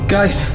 Guys